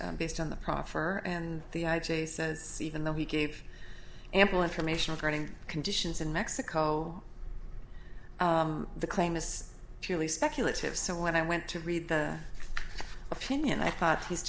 based on the proffer and the i j a says even though he gave ample information regarding conditions in mexico the claim it's purely speculative so when i went to read the opinion i thought he's